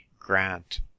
grant